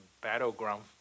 battleground